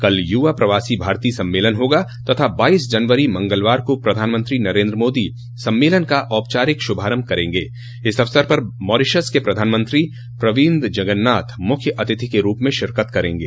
कल युवा प्रवासी भारतीय सम्मेलन होगा तथा बाइस जनवरी मंगलवार को प्रधानमंत्री नरेन्द्र मोदी सम्मेलन का औपचारिक शुभारंभ करेंगे इस अवसर पर मॉरिशस के प्रधानमंत्री प्रविन्द जगन्नाथ मुख्य अतिथि के रूप में शिरकत करेंगे